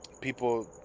people